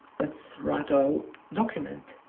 let's write a document.